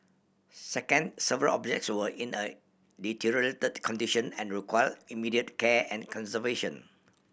second several objects were in a condition and require immediate care and conservation